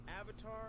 Avatar